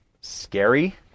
scary